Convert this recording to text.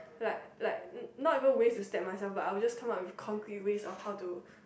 like like not even ways to step myself but I'll just come out the concrete ways of how to